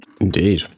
indeed